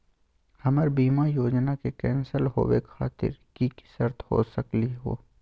हमर बीमा योजना के कैन्सल होवे खातिर कि कि शर्त हो सकली हो?